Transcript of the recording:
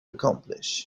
accomplish